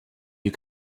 you